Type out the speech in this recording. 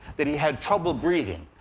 that he had trouble breathing.